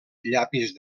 llapis